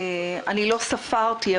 אני לא ספרתי,